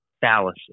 fallacy